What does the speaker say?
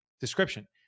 description